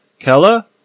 Kella